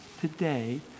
today